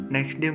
Next